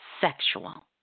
sexual